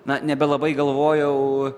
na nebelabai galvojau